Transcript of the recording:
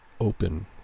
open